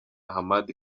hamadi